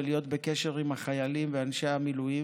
להיות בקשר עם החיילים ואנשי המילואים